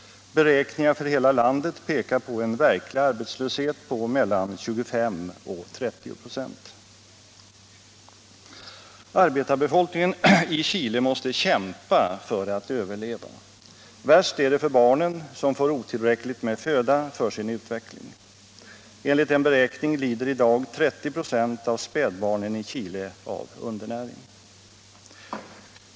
Beräkningar för hela landet pekar på en verklig arbetslöshet på mellan 25 och 30 96. Arbetarbefolkningen i Chile måste kämpa för att överleva. Värst är det för barnen som får otillräckligt med föda för sin utveckling. Enligt en beräkning lider i dag 30 96 av spädbarnen i Chile av undernäring.